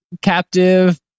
Captive